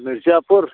Mirzapur